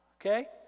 okay